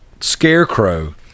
scarecrow